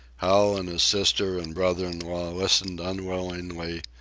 hal and his sister and brother-in-law listened unwillingly,